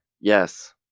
Yes